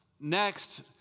Next